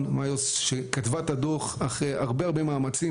מיוסט שכתבה את הדו"ח אחרי הרבה מאמצים,